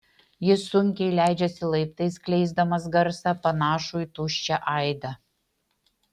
jis sunkiai leidžiasi laiptais skleisdamas garsą panašų į tuščią aidą